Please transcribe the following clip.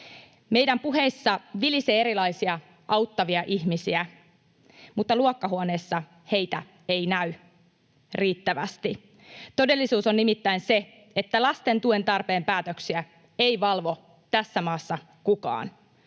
Meidän puheissamme vilisee erilaisia auttavia ihmisiä, mutta luokkahuoneessa heitä ei näy riittävästi. Todellisuus on nimittäin se, että lasten tuen tarpeen päätöksiä ei valvo tässä maassa kukaan.